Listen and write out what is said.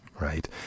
right